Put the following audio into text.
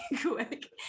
quick